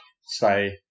say